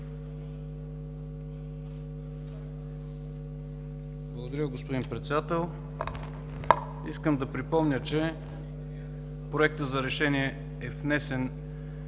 Благодаря, господин Председател. Искам да припомня, че Проектът за решение е внесен